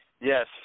Yes